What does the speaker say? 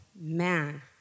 man